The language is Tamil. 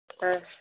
ஆ